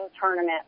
tournament